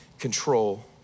control